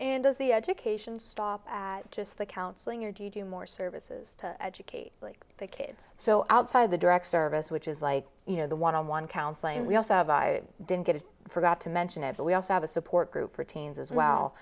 and does the education stop at just the counseling or do you do more services to educate the kids so outside of the direct service which is like you know the one on one counseling we also didn't get it forgot to mention it but we also have a support group for teens as well